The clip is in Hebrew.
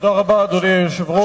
אדוני היושב-ראש,